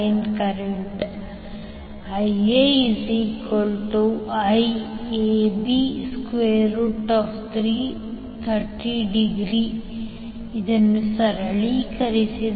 line current IaIAB3∠ 30°319